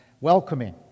welcoming